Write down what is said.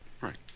Right